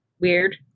Weird